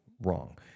wrong